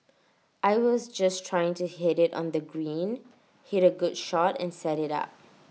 I was just trying to hit IT on the green hit A good shot and set IT up